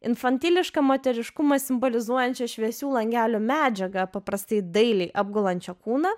infantilišką moteriškumą simbolizuojančią šviesių langelių medžiagą paprastai dailiai apgulančia kūną